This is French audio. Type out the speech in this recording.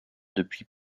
depuis